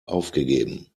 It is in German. aufgegeben